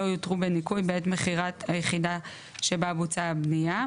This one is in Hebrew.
לא יותרו בניכוי בעת מכירת היחידה שבה בוצעה הבנייה.